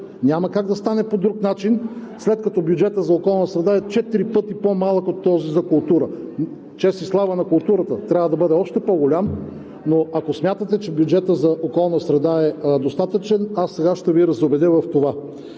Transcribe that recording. Няма как да стане по друг начин, след като бюджетът за околна среда е четири пъти по-малък от този за култура. Чест и слава на културата! Трябва да бъде още по-голям, но ако смятате, че бюджетът за околна среда е достатъчен, сега ще Ви разубедя в това.